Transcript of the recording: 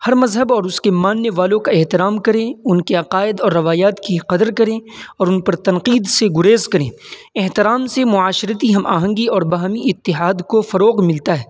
ہر مذہب اور اس کے ماننے والوں کا احترام کریں ان کے عقائد اور روایات کی قدر کریں اور ان پر تنقید سے گریز کریں احترام سے معاشرتی ہم آہنگی اور باہمی اتحاد کو فروغ ملتا ہے